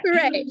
Right